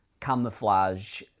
camouflage